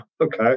okay